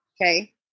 Okay